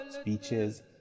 speeches